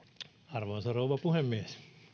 arvoisa rouva puhemies